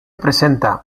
presenta